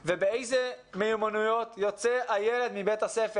אלו מיומנויות יוצא הילד מבית הספר.